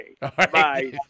Bye